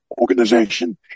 organization